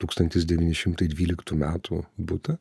tūkstantis devyni šimtai dvyliktų metų butą